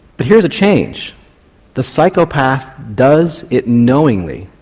but here's a change the psychopath does it knowingly,